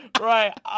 Right